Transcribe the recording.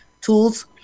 Tools